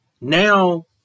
Now